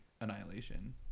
Annihilation